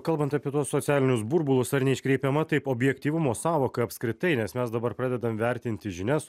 kalbant apie tuos socialinius burbulus ar neiškreipiama taip objektyvumo sąvoka apskritai nes mes dabar pradedam vertinti žinias